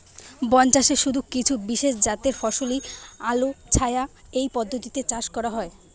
বনচাষে শুধু কিছু বিশেষজাতের ফসলই আলোছায়া এই পদ্ধতিতে চাষ করা হয়